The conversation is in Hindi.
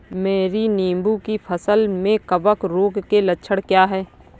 मेरी नींबू की फसल में कवक रोग के लक्षण क्या है?